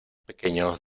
pequeños